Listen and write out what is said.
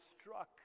struck